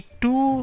two